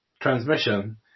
transmission